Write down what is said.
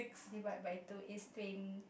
divide by two is twen~